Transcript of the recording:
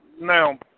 Now